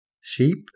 Sheep